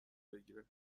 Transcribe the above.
بگیره